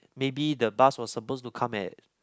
maybe the bus was suppose to come at